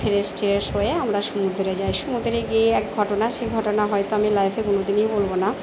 fresh টেরেশ হয়ে আমরা সমুদ্রে যাই সমুদ্রে গিয়ে এক ঘটনা সে ঘটনা হয়তো আমি লাইফে কোনো দিনই ভুলব না